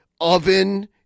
oven